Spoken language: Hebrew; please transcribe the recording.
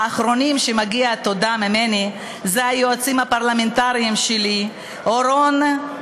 האחרונים שמגיע להם תודה ממני הם היועצים הפרלמנטריים שלי: אורון,